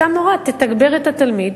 אותה מורה תתגבר את התלמיד,